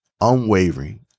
unwavering